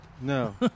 No